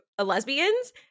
lesbians